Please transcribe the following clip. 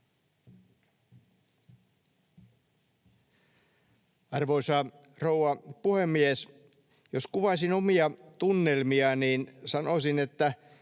Arvoisa rouva puhemies! Jos kuvaisin omia tunnelmiani, niin sanoisin, että